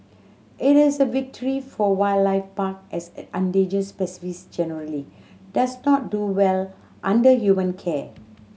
it is a victory for wildlife park as the endangered generally does not do well under human care